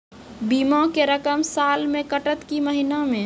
बीमा के रकम साल मे कटत कि महीना मे?